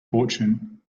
fortune